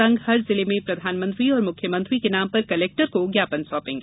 संघ हर जिले में प्रधानमंत्री और मुख्यमंत्री के नाम पर कलेक्टर को ज्ञापन सौपेंगे